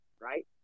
right